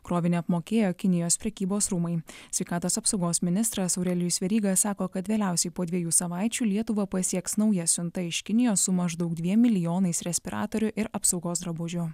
krovinį apmokėjo kinijos prekybos rūmai sveikatos apsaugos ministras aurelijus veryga sako kad galiausiai po dviejų savaičių lietuvą pasieks nauja siunta iš kinijos su maždaug dviem milijonais respiratorių ir apsaugos drabužių